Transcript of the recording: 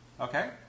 Okay